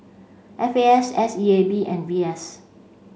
F A S S E A B and V S